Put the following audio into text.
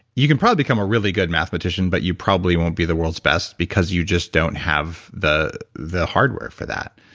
you can probably become a really good mathematician but you probably won't be the world's best because you just don't have the the hardware for that.